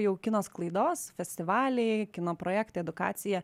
jau kino sklaidos festivaliai kino projektai edukacija